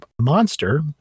Monster